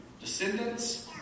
descendants